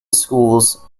schools